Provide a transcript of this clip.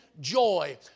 joy